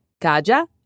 Kaja